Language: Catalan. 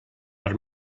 per